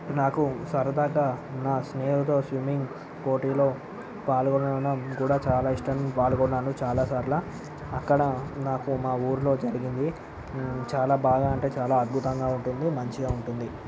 నాకు సరదాగా నా స్నేహితులతో స్విమ్మింగ్ పోటీలో పాల్గొనడం కూడా చాలా ఇష్టం పాల్గొన్నాను చాలా చోట్ల అక్కడ నాకు మా ఊళ్ళో జరిగింది చాలా బాగా అంటే చాలా అద్భుతంగా ఉంటుంది మంచిగా ఉంటుంది